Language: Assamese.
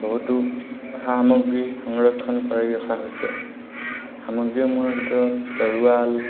বহুতো সা সামগ্ৰী সংৰক্ষণ কৰি ৰখা হৈছে সামগ্ৰীসমূহৰ ভিতৰত তৰোৱাল